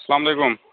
اسلامُ علیکُم